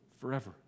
forever